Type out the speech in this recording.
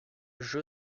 jeu